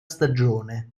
stagione